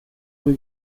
rue